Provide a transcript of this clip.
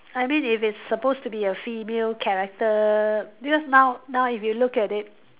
I mean if it's supposed to be a female character because now now if you look at it